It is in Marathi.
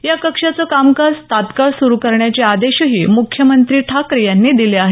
या कक्षाचं कामकाज तात्काळ सुरू करण्याचे आदेशही मुख्यमंत्री ठाकरे यांनी दिले आहेत